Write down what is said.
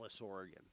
Oregon